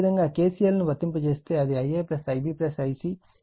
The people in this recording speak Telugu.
అదేవిధంగా KCL ను వర్తింపజేస్తే అది Ia Ib Ic In 0